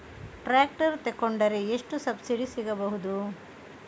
Tractor ತೊಕೊಂಡರೆ ಎಷ್ಟು subsidy ಸಿಗಬಹುದು?